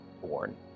born